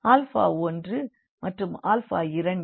alpha 1 மற்றும் alpha 2 ஆகியவை vector ஃபார்மில் உள்ளது